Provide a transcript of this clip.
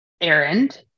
errand